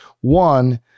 one